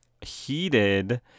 heated